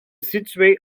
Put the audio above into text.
situé